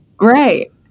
Right